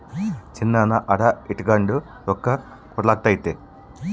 ಚಿನ್ನಾನ ಅಡ ಇಟಗಂಡು ರೊಕ್ಕ ಕೊಡಲಾಗ್ತತೆ